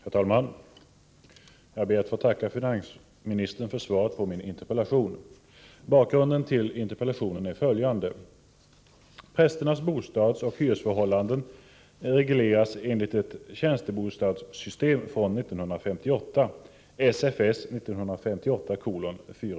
Herr talman! Jag ber att få tacka finansministern för svaret på min interpellation. Bakgrunden till interpellationen är följande. Prästernas bostadsoch hyresförhållanden regleras enligt ett tjänstebostadssystem från 1958 .